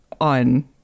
on